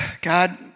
God